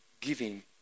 giving